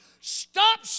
stop